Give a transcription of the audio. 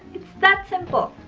it's that simple!